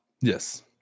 Yes